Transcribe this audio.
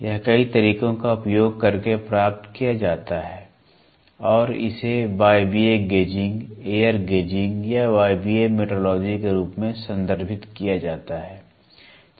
यह कई तरीकों का उपयोग करके प्राप्त किया जाता है और इसे वायवीय गेजिंग एयर गेजिंग या वायवीय मेट्रोलॉजी के रूप में संदर्भित किया जाता है